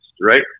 right